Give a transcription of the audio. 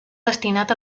destinat